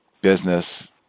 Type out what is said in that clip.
business